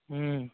ह्म्म